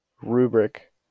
rubric